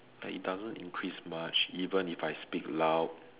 that it doesn't increase much even if I speak loud